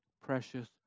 precious